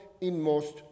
inmost